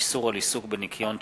איסור על עיסוק בניכיון שקים),